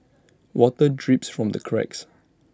water drips from the cracks